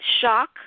Shock